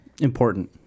important